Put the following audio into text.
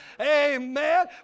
Amen